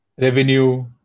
revenue